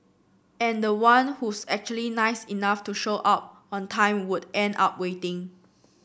and the one who's actually nice enough to show up on time would end up waiting